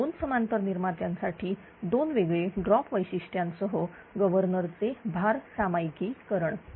आहे तर दोन समांतर निर्मात्यांसाठी दोन वेगळे ड्रॉप वैशिष्ट्य सह गव्हर्नर चे भार सामायिकरण